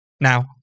Now